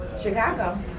Chicago